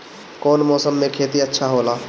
कौन मौसम मे खेती अच्छा होला?